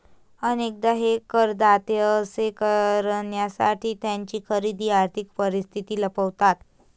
अनेकदा हे करदाते असे करण्यासाठी त्यांची खरी आर्थिक परिस्थिती लपवतात